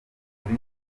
muri